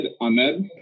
Ahmed